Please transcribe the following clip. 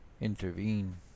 intervene